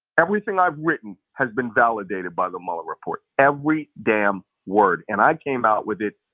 everything i've written has been validated by the mueller report. every damn word, and i came out with it.